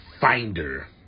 finder